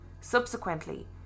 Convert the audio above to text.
Subsequently